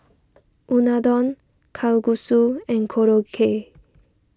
Unadon Kalguksu and Korokke